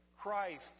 Christ